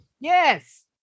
Yes